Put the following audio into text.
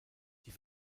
die